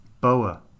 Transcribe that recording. boa